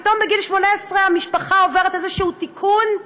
פתאום בגיל 18 המשפחה עוברת איזשהו תיקון?